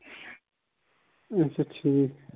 اَچھا ٹھیٖک